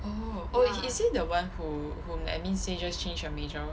oh oh is he the one who whom admin say just change your major